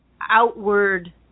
outward